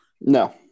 No